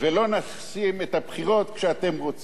ולא נשים את הבחירות כשאתם רוצים.